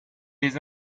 les